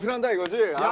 you and you do